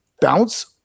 Bounce